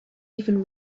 even